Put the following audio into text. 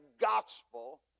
gospel